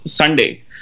Sunday